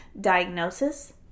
diagnosis